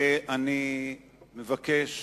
ואני מבקש